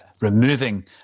removing